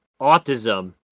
autism